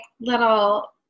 little